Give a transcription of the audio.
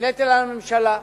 היא נטל על הממשלה.